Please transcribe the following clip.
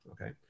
okay